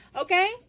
Okay